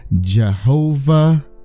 Jehovah